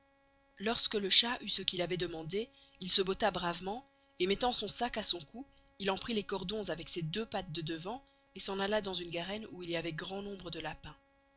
lorsque le chat eut ce qu'il avoit demandé il se botta bravement et mettant son sac à son cou il en prit les cordons avec ses deux pattes de devant et s'en alla dans une garenne où il y avoit grand nombre de lapins